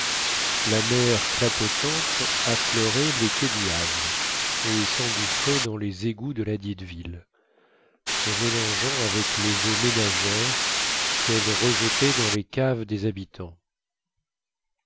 la mer clapotante affleurait les quais du havre et sengouffrait dans les égouts de ladite ville se mélangeant avec les eaux ménagères quelle rejetait dans les caves des habitants